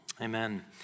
Amen